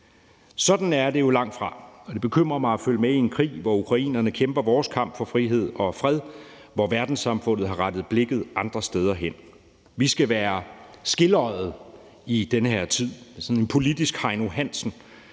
Sådan er det jo langtfra, og det bekymrer mig at følge med i en krig, hvor ukrainerne kæmper vores kamp for frihed og fred, men hvor verdenssamfundet har rettet blikket andre steder hen. Vi skal være skeløjede i den her tid som sådan en politisk Heino Hansen.